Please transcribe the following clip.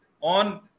on